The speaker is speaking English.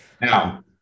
Now